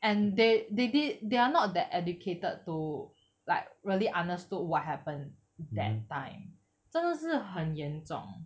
and they they did they are not that educated to like really understood what happen that time 真的是很严重